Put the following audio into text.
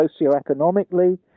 socioeconomically